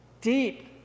deep